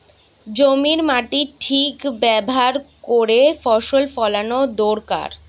জমির মাটির ঠিক ব্যাভার কোরে ফসল ফোলানো দোরকার